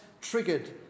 triggered